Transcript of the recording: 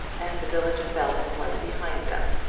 and the village of belton was behind them.